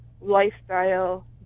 lifestyle